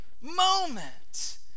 moment